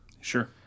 Sure